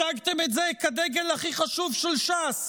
הצגתם את זה כדגל הכי חשוב של ש"ס.